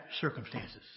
circumstances